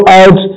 out